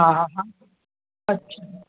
हा हा हा अच्छा